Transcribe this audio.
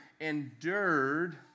endured